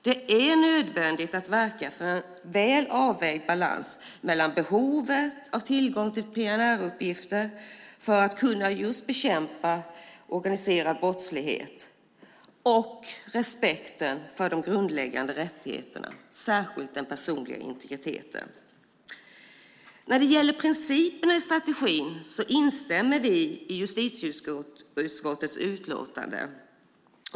Det är nödvändigt att verka för en väl avvägd balans mellan behovet av tillgång till PNR-uppgifter för att kunna bekämpa organiserad brottslighet och respekten för de grundläggande rättigheterna - särskilt den personliga integriteten. När det gäller principen i strategin instämmer vi i justitieutskottets utlåtande.